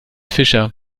fischer